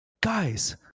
guys